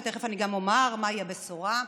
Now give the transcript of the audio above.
ותכף גם אומר מהי הבשורה,